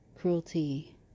cruelty